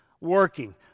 Working